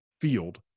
Field